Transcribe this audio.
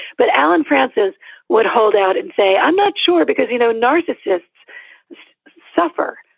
but alan prances would hold out and say, i'm not sure because, you know, narcissists suffer,